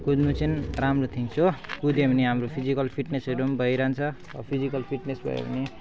कुद्नु चाहिँ राम्रो थिङ्गस हो कुद्यो भने हाम्रो फिजिकल फिटनेसहरू भइरहन्छ अब फिजिकल फिटनेस भयो भने